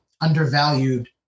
undervalued